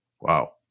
Wow